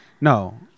No